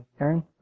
Aaron